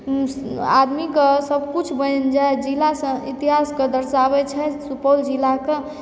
आदमीके सब कुछ बनि जाइ जिलासँ इतिहासके दर्शाबै छै सुपौल जिलाकऽ